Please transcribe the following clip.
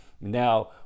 Now